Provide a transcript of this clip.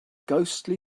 ghostly